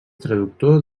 traductor